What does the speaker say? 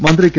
മന്ത്രി കെ